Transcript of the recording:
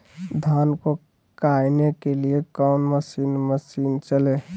धन को कायने के लिए कौन मसीन मशीन चले?